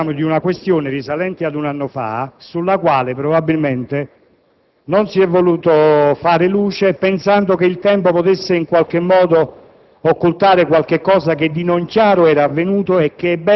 Vede, signor Ministro, parliamo di una questione risalente a un anno fa, sulla quale probabilmente non si è voluto far luce, pensando che il tempo potesse in qualche modo